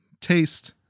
taste